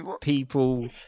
people